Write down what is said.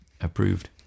Approved